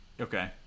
Okay